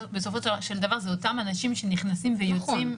בסופו של דבר זה אותם אנשים שנכנסים ויוצאים.